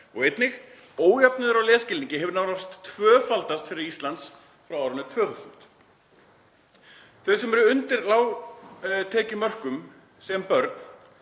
Og einnig: „Ójöfnuður í lesskilningi hefur nánast tvöfaldast fyrir Ísland síðan árið 2000.“ Þau sem voru undir lágtekjumörkum sem börn